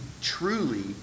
truly